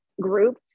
group